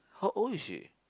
how old is she